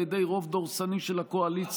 על ידי רוב דורסני של הקואליציה.